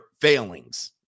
failings